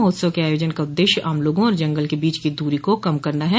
महोत्सव के आयोजन का उद्देश्य आम लोगों और जंगल के बीच की दूरी को कम करना है